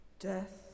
Death